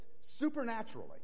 supernaturally